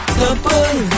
double